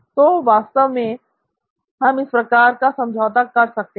तो वास्तव में हम इस प्रकार का समझौता कर सकते हैं